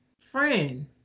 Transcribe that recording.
friend